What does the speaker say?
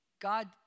God